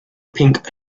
pink